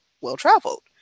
well-traveled